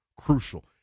crucial